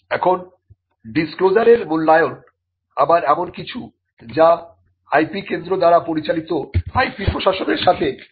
এখন ডিসক্লোজারের মূল্যায়ন আবার এমন কিছু যা IP কেন্দ্র দ্বারা পরিচালিত IP প্রশাসনের সাথে সম্পর্কিত